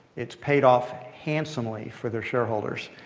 it's paid off handsomely for their shareholders.